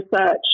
research